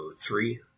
three